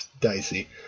dicey